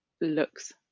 looks